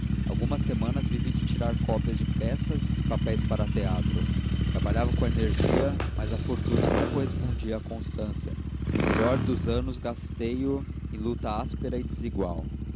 algumas semanas vivi de tirar cópias de peças e papéis para teatro trabalhava com energia mas a fortuna não correspondia à constância e o melhor dos anos gastei o em luta áspera e desigual